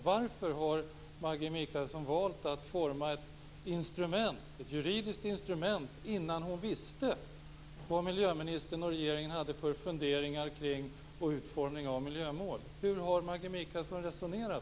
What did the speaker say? Varför har Maggi Mikaelsson valt att forma ett juridiskt instrument innan hon visste vad miljöministern och regeringen hade för funderingar kring utformningen av miljömålen. Hur har Maggi Mikaelsson resonerat?